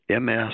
MS